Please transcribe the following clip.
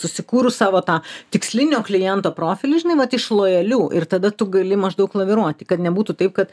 susikūrus savo tą tikslinio kliento profilį žinai vat iš lojalių ir tada tu gali maždaug laviruoti kad nebūtų taip kad